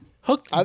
Hook